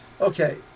Okay